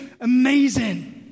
amazing